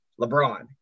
LeBron